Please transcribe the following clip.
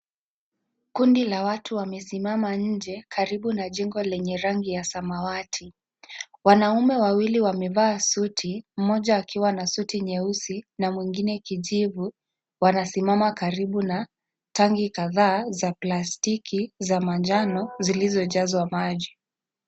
Kundi la watu wamesimama nje karibu na jengo lenye rangi ya samawati. Wanaume wawili wamevaa suti, mmoja akiwa na suti nyeusi na mwingine kijivu wanasimama karibu na tangi kadhaa za plastiki za manjano zilizojazwa maji.